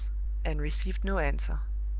and received no answer.